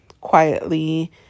quietly